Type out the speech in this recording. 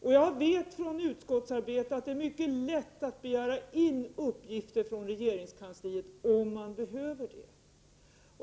och jag vet från utskottsarbetet att det är mycket lätt att begära in uppgifter från regeringskansliet, om man behöver det.